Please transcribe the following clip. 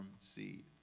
seed